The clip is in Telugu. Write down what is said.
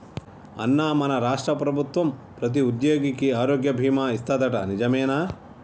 అన్నా మన రాష్ట్ర ప్రభుత్వం ప్రతి ఉద్యోగికి ఆరోగ్య బీమా ఇస్తాదట నిజమేనా